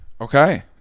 okay